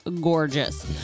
gorgeous